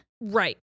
right